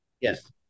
Yes